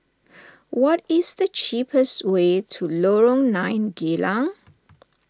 what is the cheapest way to Lorong nine Geylang